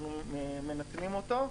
אנחנו מנצלים אותו,